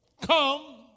Come